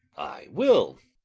i will.